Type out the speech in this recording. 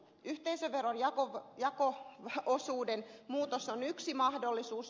yhteisöveron jako osuuden muutos on yksi mahdollisuus